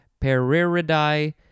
Periridae